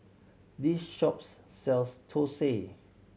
this shop sells thosai